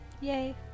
yay